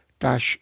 dash